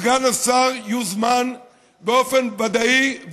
סגן השר יוזמן באופן ודאי,